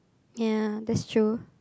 ya that's true